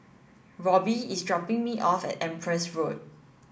Robby is dropping me off at Empress Road